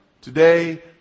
today